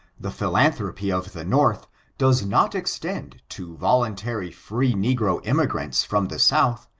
the philanthropy of the north does not extend to voluntary free negro emigrants from the south,